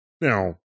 now